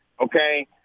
okay